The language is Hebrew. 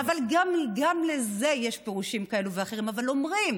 אבל גם לזה יש פירושים כאלה ואחרים, אבל אומרים